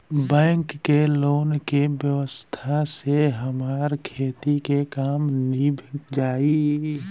bank के loan के व्यवस्था से हमार खेती के काम नीभ जाई